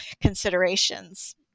considerations